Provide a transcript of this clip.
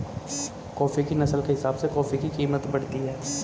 coffee की नस्ल के हिसाब से कॉफी की कीमत बढ़ती है